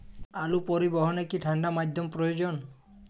আলু পরিবহনে কি ঠাণ্ডা মাধ্যম প্রয়োজন?